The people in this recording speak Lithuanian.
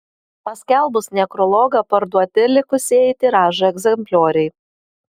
paskelbus nekrologą parduoti likusieji tiražo egzemplioriai